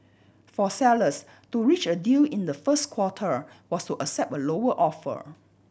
for sellers to reach a deal in the first quarter was to accept a lower offer